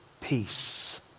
peace